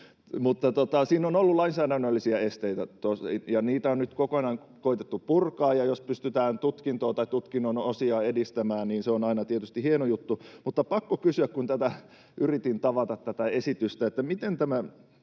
siinä on ollut lainsäädännöllisiä esteitä, ja niitä on nyt koetettu purkaa, ja jos pystytään tutkintoa tai tutkinnon osia edistämään, niin se on aina tietysti hieno juttu. Mutta pakko kysyä, kun yritin tavata tätä esitystä, osaako ministeri